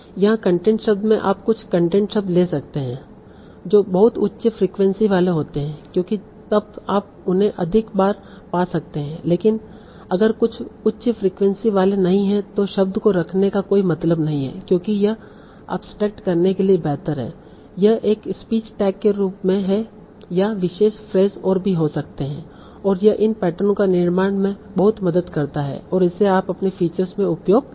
यहां कंटेंट शब्द में आप कुछ कंटेंट शब्द ले सकते है जो बहुत उच्च फ्रीक्वेंसी वाले होते हैं क्योंकि तब आप उन्हें अधिक बार पा सकते हैं लेकिन अगर कुछ उच्च फ्रीक्वेंसी वाले नहीं है तो शब्द को रखने का कोई मतलब नहीं है क्योंकि यह अब्सट्रैक्ट करने के लिए बेहतर है यह एक स्पीच टैग के रूप में या विशेष फ्रेज और भी हो सकते है और यह इन पैटर्नों का निर्माण में बहुत मदद करता है और इसे आप अपनी फीचर्स में उपयोग कर सकते हैं